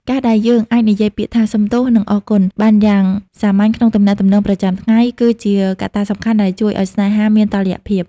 ការដែលយើងអាចនិយាយពាក្យថា «សុំទោស» និង «អរគុណ» បានយ៉ាងសាមញ្ញក្នុងទំនាក់ទំនងប្រចាំថ្ងៃ គឺជាកត្តាសំខាន់ដែលជួយឱ្យស្នេហាមានតុល្យភាព។